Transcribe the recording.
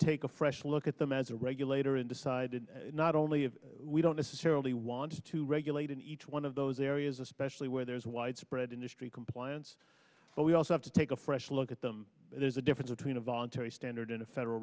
take a fresh look at them as a regulator and decided not only if we don't necessarily want to regulate in each one of those areas especially where there is widespread industry compliance but we also have to take a fresh look at them there's a difference between a voluntary standard in a federal